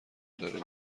داره